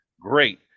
great